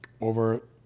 over